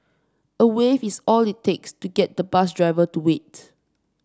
a wave is all it takes to get the bus driver to wait